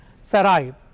Sarai